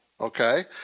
Okay